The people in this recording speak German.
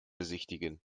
besichtigen